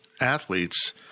athletes